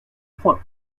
point